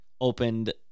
opened